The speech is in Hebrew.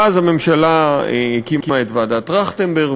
ואז הממשלה הקימה את ועדת טרכטנברג.